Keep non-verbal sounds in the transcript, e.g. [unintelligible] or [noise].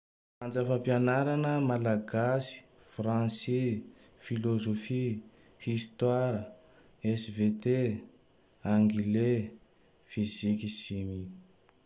[unintelligible] Fampianarana: Malagasy, Franse, Filôzôfy, Histoara, SVT, Anglais, Fiziky Simy.